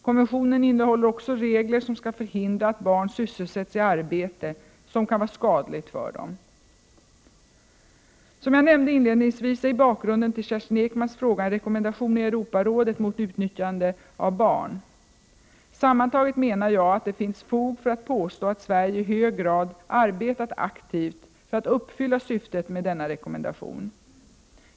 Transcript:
Konventionen innehåller också regler | som skall förhindra att barn sysselsätts i arbete som kan vara skadligt för dem. Som jag nämnde inledningsvis är bakgrunden till Kerstin Ekmans fråga en | rekommendation i Europarådet mot utnyttjande av barn. Sammantaget menar jag att det finns fog för att påstå att Sverige i hög grad arbetat aktivt för | att uppfylla syftet med denna rekommendation.